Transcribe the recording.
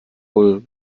wohl